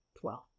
Twelve